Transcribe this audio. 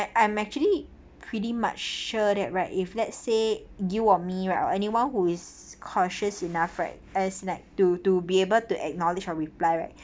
I I'm actually pretty much sure that right if let's say you or me right or anyone who is cautious enough right as like to to be able to acknowledge or reply right